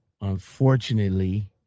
Unfortunately